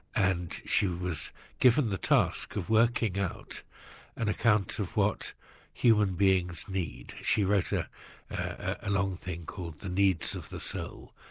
and she was given the task of working out an account of what human beings need. she wrote a ah long thing called the needs of the soul,